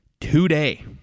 today